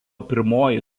pirmoji